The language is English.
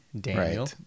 Daniel